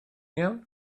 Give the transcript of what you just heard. iawn